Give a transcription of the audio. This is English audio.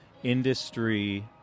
industry